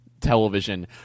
television